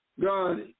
God